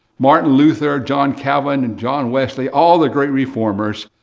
martin luther, john calvin and john wesley, all the great reformers,